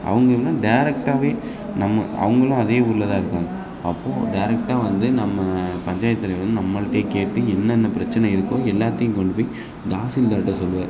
அவங்க என்ன டேரெக்ட்டாவே நம்ம அவங்களும் அதே ஊரில் தான் இருக்காங்க அப்போது டேரெக்ட்டாக வந்து நம்ம பஞ்சாயத்தில் வந்து நம்மள்கிட்டயே கேட்டு என்னென்ன பிரச்சனை இருக்கோ எல்லாத்தையும் கொண்டு போய் தாசில்தார்கிட்ட சொல்லுவார்